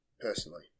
personally